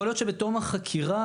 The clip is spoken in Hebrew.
זה תוצר היסטורי,